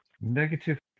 Negative